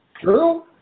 True